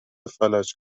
فلج